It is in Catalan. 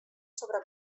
sobre